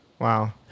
Wow